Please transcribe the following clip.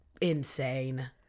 insane